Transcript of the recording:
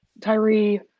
Tyree